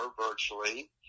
virtually